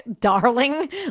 darling